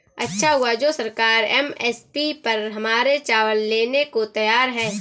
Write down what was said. अच्छा हुआ जो सरकार एम.एस.पी पर हमारे चावल लेने को तैयार है